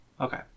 Okay